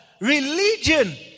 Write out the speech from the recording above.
religion